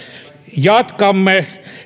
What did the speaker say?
jatkamme